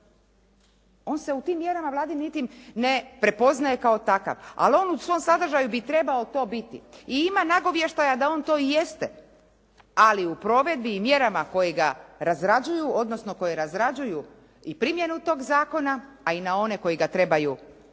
On se u tim mjerama vladinim niti ne prepoznaje kao takav, ali on u svom sadržaju bi trebao to biti i ima nagovještaja da on to i jeste, ali u provedbi i mjerama koje ga razrađuju, odnosno koje razrađuju i primjenu tog zakona, a i na one koji ga trebaju primijeniti